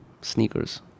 sneakers